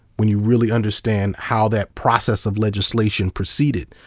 when you really understand how that process of legislation proceeded.